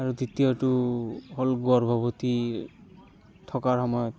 আৰু দ্বিতীয়টো হ'ল গৰ্ভৱতী থকাৰ সময়ত